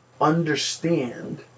understand